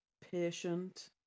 patient